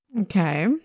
Okay